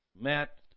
Matt